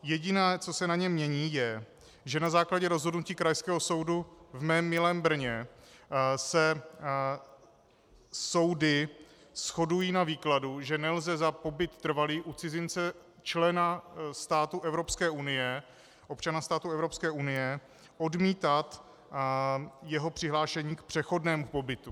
Jediné, co se na něm mění, je, že na základě rozhodnutí Krajského soudu v mém milém Brně se soudy shodují na výkladu, že nelze za pobyt trvalý u cizince, člena státu Evropské unie, občana státu Evropské unie, odmítat jeho přihlášení k přechodnému pobytu.